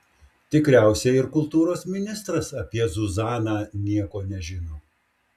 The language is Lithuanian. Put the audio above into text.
tikriausiai ir kultūros ministras apie zuzaną nieko nežino